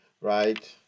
right